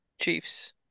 Chiefs